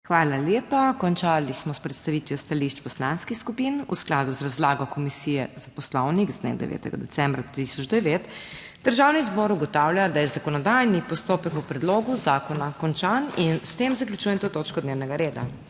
Hvala lepa. Končali smo s predstavitvijo stališč poslanskih skupin. V skladu z razlago Komisije za poslovnik, z dne 9. decembra 2009, Državni zbor ugotavlja, da je zakonodajni postopek o predlogu zakona končan. S tem zaključujem to točko dnevnega reda.